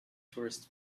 tourists